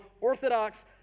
orthodox